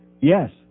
Yes